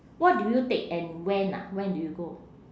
what do you take and when ah when do you go